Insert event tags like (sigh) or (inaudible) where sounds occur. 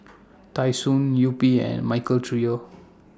(noise) Tai Sun Yupi and Michael Trio